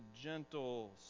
gentle